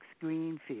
Greenfield